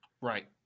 Right